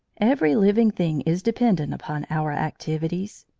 every living thing is dependent upon our activities.